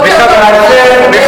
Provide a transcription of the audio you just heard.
החברים שלו פה.